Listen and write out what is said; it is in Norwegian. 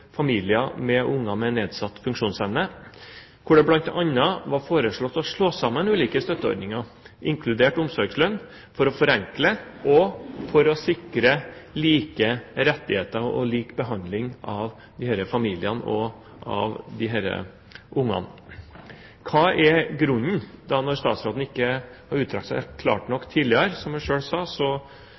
familier med unger med nedsatt funksjonsevne, hvor det bl.a. var foreslått å slå sammen ulike støtteordninger, inkludert omsorgslønn, for å forenkle og sikre like rettigheter og lik behandling av disse familiene og av disse ungene. Når statsråden ikke uttrykte seg klart nok tidligere, som hun selv sa,